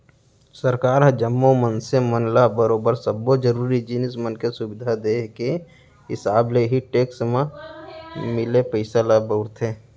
सरकार ह जम्मो मनसे मन ल बरोबर सब्बो जरुरी जिनिस मन के सुबिधा देय के हिसाब ले ही टेक्स म मिले पइसा ल बउरथे